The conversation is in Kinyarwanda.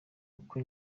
uko